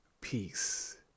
Peace